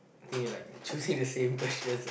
think he like choosing the same question